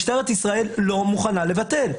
משטרת ישראל לא מוכנה לבטל.